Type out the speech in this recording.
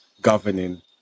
governing